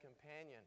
companion